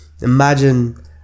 imagine